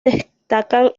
destacan